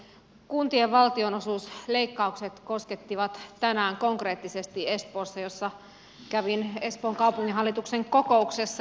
kun tien valtionosuusleikkaukset koskettivat tänään konkreettisesti espoossa jossa kävin espoon kaupunginhallituksen kokouksessa